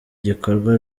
gikorwa